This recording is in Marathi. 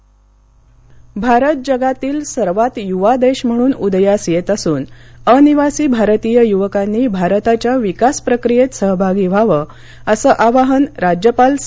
राज्यपाल भारत जगातील सर्वात यूवा देश म्हणून उदयास येत असून अनिवासी भारतीय यूवकांनी भारताच्या विकास प्रक्रियेत सहभागी व्हावं असं आवाहन राज्यपाल सी